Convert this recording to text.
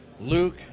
Luke